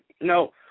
No